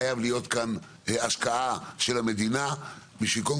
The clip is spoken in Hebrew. חייבת להיות כאן השקעה של המדינה כדי קודם